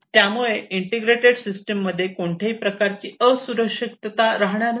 त्यामुळे integrated system मध्ये कोणत्याही प्रकारचे असुरक्षितता राहणार नाही